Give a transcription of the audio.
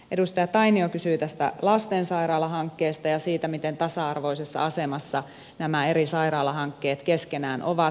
edustaja tainio kysyi tästä lastensairaalahankkeesta ja siitä miten tasa arvoisessa asemassa nämä eri sairaalahankkeet keskenään ovat